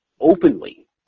openly